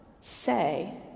say